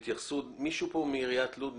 נמצא כאן מישהו מעיריית לוד?